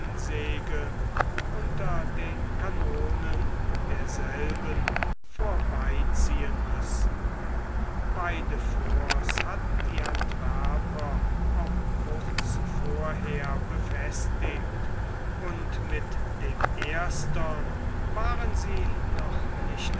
antwerpen segeln unter den kanonen derselben vorbeiziehen müssen beide forts hatten die antwerper auch kurz vorher befestigt und mit dem erstern waren sie noch nicht